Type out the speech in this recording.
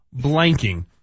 blanking